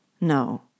no